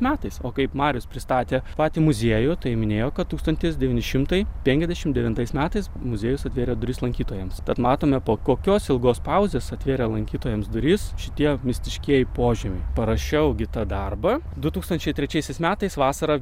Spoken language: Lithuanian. metais o kaip marius pristatė patį muziejų tai minėjo kad tūkstantis devyni šimtai penkiasdešim devintais metais muziejus atvėrė duris lankytojams tad matome po kokios ilgos pauzės atvėrę lankytojams duris šitie mistiškieji požymiai parašiau gi tą darbą du tūkstančiai trečiaisiais metais vasarą